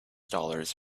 dollars